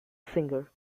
singer